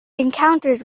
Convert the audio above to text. encounters